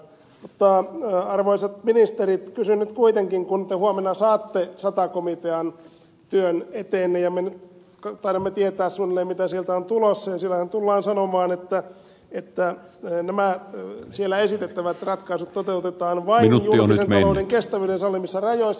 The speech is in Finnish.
mutta arvoisat ministerit kysyn nyt kuitenkin kun te huomenna saatte sata komitean työn eteenne ja me nyt taidamme tietää suunnilleen mitä sieltä on tulossa ja siellähän tullaan sanomaan että nämä siellä esitettävät ratkaisut toteutetaan vain julkisen talouden kestävyyden sallimissa rajoissa